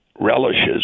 relishes